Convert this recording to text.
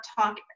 talk